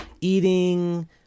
eating